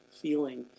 feeling